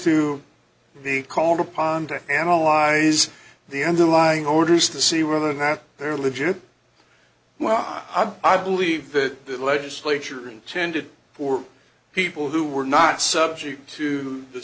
to be called upon to analyze the underlying orders to see whether or not they're legit well i believe that the legislature intended for people who were not subject to the